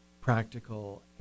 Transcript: practical